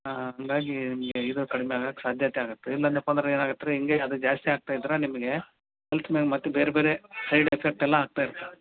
ಹಾಂ ಹಂಗಾಗಿ ನಿಮಗೆ ಇದು ಕಡಿಮೆ ಆಗಕೆ ಸಾಧ್ಯತೆ ಆಗತ್ತೆ ಇಲ್ಲದಪ್ಪಂದ್ರೆ ಏನಾಗತ್ತೆ ರೀ ಹೀಗೇ ಅದು ಜಾಸ್ತಿ ಆಗ್ತಾ ಇದ್ರೆ ನಿಮಗೆ ಹೆಲ್ತ್ ಮೇಲೆ ಮತ್ತೆ ಬೇರೆ ಬೇರೆ ಸೈಡ್ ಎಫೆಕ್ಟ್ ಎಲ್ಲ ಆಗ್ತಾ ಇರ್ತದೆ